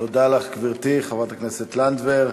תודה לך, גברתי, חברת הכנסת לנדבר.